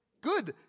good